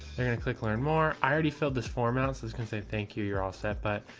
they're going to click learn more. i already filled this form out. says can say thank you. you're all set. but,